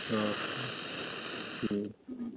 अके देह